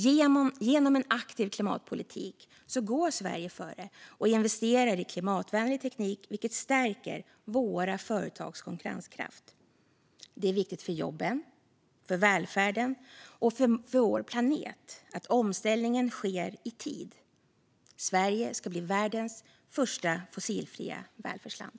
Genom en aktiv klimatpolitik går Sverige före och investerar i klimatvänlig teknik, vilket stärker våra företags konkurrenskraft. Det är viktigt för jobben, för välfärden och för vår planet att omställningen sker i tid. Sverige ska bli världens första fossilfria välfärdsland.